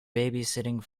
babysitting